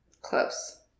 close